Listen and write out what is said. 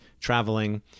traveling